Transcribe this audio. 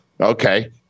Okay